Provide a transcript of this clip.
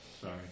sorry